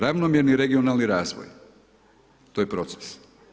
Ravnomjerno regionalni razvoj, to je proces.